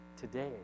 today